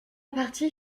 partie